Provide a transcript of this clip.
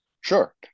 Sure